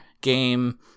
game